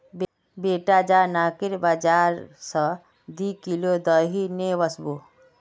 बेटा जा नाकेर बाजार स दी किलो दही ने वसबो